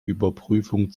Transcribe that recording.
überprüfung